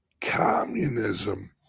Communism